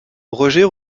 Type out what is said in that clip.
roger